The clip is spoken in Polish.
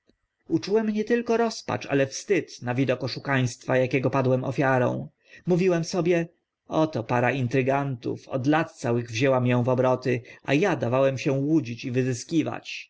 uczułem nie tylko rozpacz ale wstyd na widok oszukaństwa akiego padłem ofiarą mówiłem sobie oto para intrygantów od lat całych wzięła mię w obroty a a dawałem się łudzić i wyzyskiwać